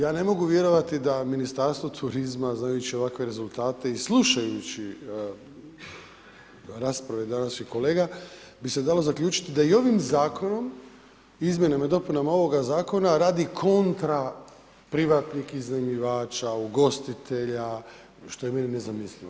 Ja ne mogu vjerovati da Ministarstvo turizma znajući ovakve rezultate i slušajući rasprave današnjih kolega bi se dalo zaključiti da i ovim zakonom, izmjenama i dopunama ovog zakona radi kontra privatnih iznajmljivača, ugostitelja, što je meni nezamislivo.